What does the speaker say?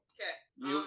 Okay